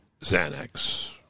Xanax